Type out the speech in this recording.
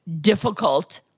difficult